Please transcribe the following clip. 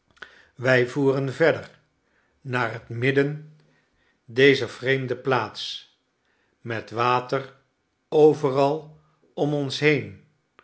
wij voeren verder naar het midden dezer vreemde plaats met water overal om ons heen